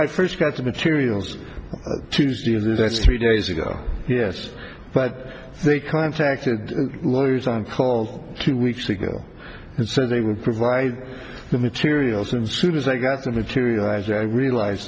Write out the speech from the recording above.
i first got the materials tuesday and that's three days ago yes but they contacted lawyers on call two weeks ago so they would provide the materials and soon as i got the material as i realize